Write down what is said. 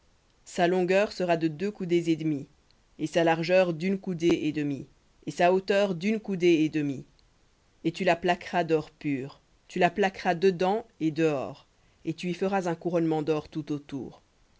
sa longueur sera de deux coudées et demie et sa largeur d'une coudée et demie et sa hauteur d'une coudée et demie et tu la plaqueras d'or pur tu la plaqueras dedans et dehors et tu y feras un couronnement d'or tout autour